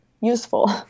useful